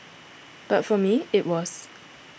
but for me it was